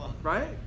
right